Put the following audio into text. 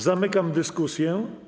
Zamykam dyskusję.